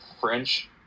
French